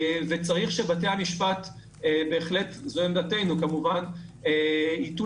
צריך שבתי המשפט בהחלט זו עמדתנו כמובן ייטו